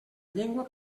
llengua